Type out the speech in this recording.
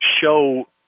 show